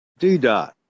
DDOT